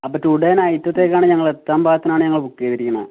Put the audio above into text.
അപ്പോൾ ടുഡേ നൈറ്റത്തേക്കാണ് ഞങ്ങൾ എത്താൻ പാകത്തിനാണ് ഞങ്ങൾ ബുക്ക് ചെയ്തിരിക്കണേ